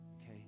Okay